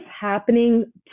happening